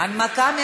אבל צריך אומץ,